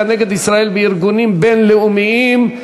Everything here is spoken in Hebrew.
נגד ישראל בארגונים בין-לאומיים,